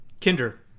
Kinder